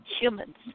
humans